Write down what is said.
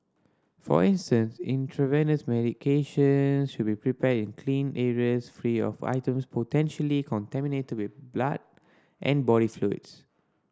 for instance intravenous medication should be prepared in clean areas free of items potentially contaminated to be blood and body fluids